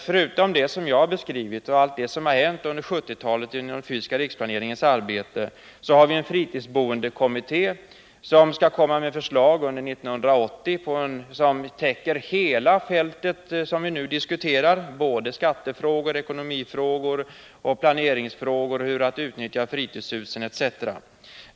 Förutom det som jag har beskrivit och allt som har hänt under 1970-talet inom den fysiska riksplaneringens arbete har vi en fritidsboendekommitté, som skall komma med förslag under 1980 och som täcker hela det fält som vi nu diskuterar, skattefrågor, ekonomifrågor, planeringsfrågor, hur man skall utnyttja fritidshusen etc.